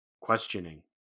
Questioning